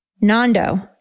Nando